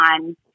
on